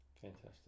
Fantastic